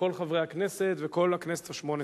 כל חברי הכנסת וכל הכנסת השמונה-עשרה,